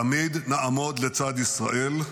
תמיד נעמוד לצד ישראל,